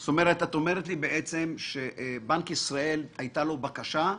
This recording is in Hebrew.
עד כמה תופעה זו נפוצה?